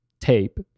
tape